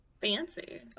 Fancy